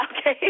okay